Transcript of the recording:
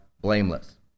blameless